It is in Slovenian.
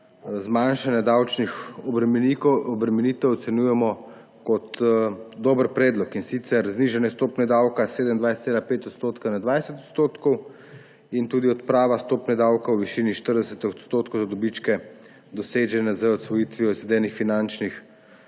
zmanjšanja davčnih obremenitev ocenjujemo kot dober predlog, in sicer znižanje stopnje davka s 27,5 % na 20 % in tudi odprava stopnje davkov v višini 40 % na dobičke, dosežene z odsvojitvijo izvedenih finančnih